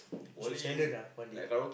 we should challenge ah one day